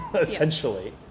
essentially